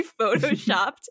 photoshopped